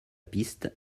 piste